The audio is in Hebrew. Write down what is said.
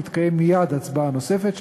תתקיים מייד הצבעה נוספת,